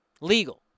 Legal